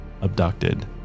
abducted